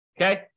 Okay